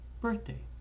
birthday